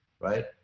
right